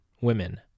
women